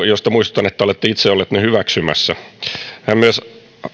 joista muistutan että olette itse ollut ne hyväksymässä hän myös